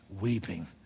weeping